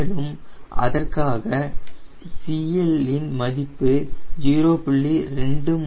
மேலும் அதற்காக CL இன் மதிப்பு 0